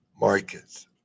markets